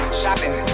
shopping